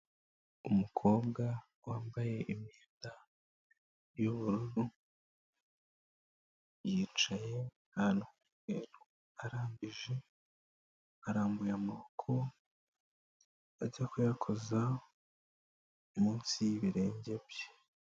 Umukobwa wambaye imyenda y'ubururu yicaye ahantu h'umweru arambije arambuye amaboko ajya kuyakoza munsi y'ibirenge bye.